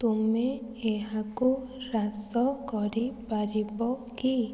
ତୁମେ ଏହାକୁ ହ୍ରାସ କରିପାରିବ କି